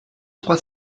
trois